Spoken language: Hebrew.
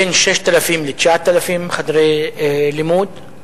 בין 6,000 ל-9,000 חדרי לימוד.